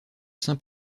saint